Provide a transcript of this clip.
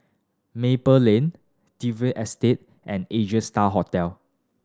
Maple Lane Dalvey Estate and Asia Star Hotel